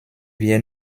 wir